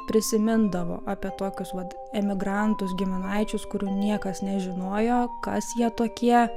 prisimindavo apie tokius vat emigrantus giminaičius kurių niekas nežinojo kas jie tokie